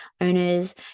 owners